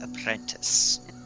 apprentice